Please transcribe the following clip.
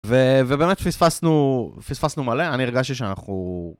ובאמת פספסנו, פספסנו מלא, אני הרגשתי שאנחנו...